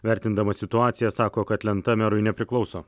vertindamas situaciją sako kad lenta merui nepriklauso